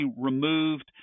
removed